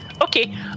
Okay